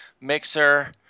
mixer